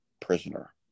prisoner